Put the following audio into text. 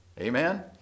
Amen